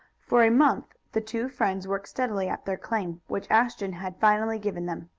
for a month the two friends worked steadily at their claim, which ashton had finally given them.